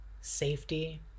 safety